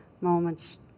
moments